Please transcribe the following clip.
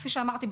כפי שאמרתי,